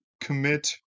commit